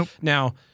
Now